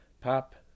Pop